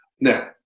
Now